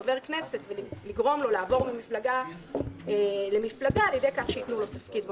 חבר כנסת ולגרום לו לעבור ממפלגה למפלגה בכך שייתנו לו תפקיד בממשלה.